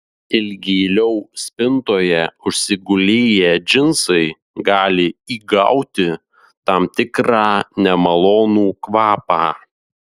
ilgėliau spintoje užsigulėję džinsai gali įgauti tam tikrą nemalonų kvapą